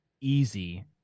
easy